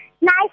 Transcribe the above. nice